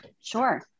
Sure